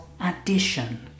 addition